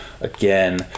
again